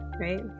right